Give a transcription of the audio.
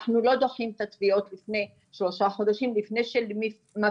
אנחנו לא דוחים את התביעות שלושה חודשים לפני מפעילים,